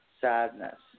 sadness